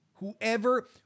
Whoever